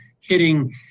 hitting